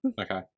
Okay